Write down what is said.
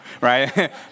right